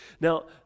Now